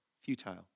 Futile